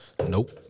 Nope